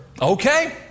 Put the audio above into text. Okay